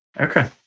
Okay